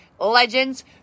legends